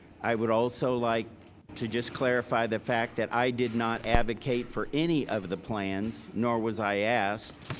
i would also like to just clarify the fact that i did not advocate for any of the plans, nor was i asked.